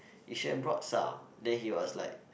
he should've brought some then he was like